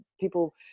people